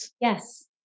Yes